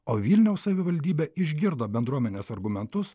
o vilniaus savivaldybė išgirdo bendruomenės argumentus